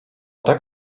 tak